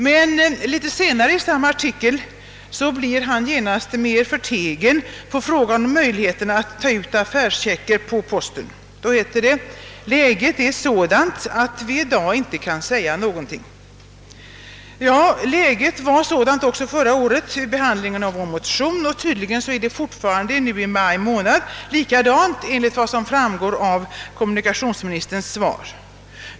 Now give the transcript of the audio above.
Men litet senare i samma artikel blir han mer förtegen och på frågan om möjligheterna att lösa in affärschecker på posten svarar han: »Läget är sådant att vi i dag inte kan säga någonting.» Ja, läget var sådant också förra året vid behandlingen av vår motion, och tydligen är det fortfarande i maj månad i år likadant, enligt vad som framgår av kommunikationsministerns svar.